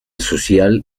social